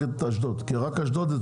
את אשדוד,